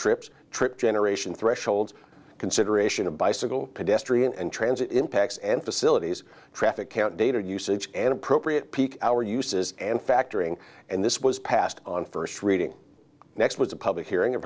trips trip generation threshold consideration of bicycle pedestrian and transit impacts and facilities traffic count data usage an appropriate peak hour uses and factoring and this was passed on first reading next was a public hearing